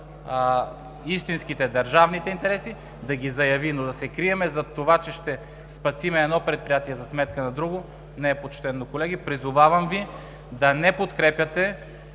истинските, държавните интереси, да ги заяви, но да се крием зад това, че ще спасим едно предприятие за сметка на друго, не е почтено. Колеги, призовавам Ви да не подкрепяте